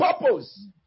Purpose